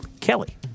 Kelly